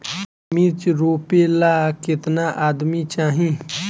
मिर्च रोपेला केतना आदमी चाही?